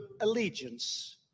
allegiance